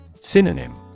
Synonym